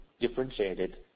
differentiated